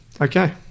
Okay